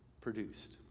produced